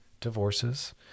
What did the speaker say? divorces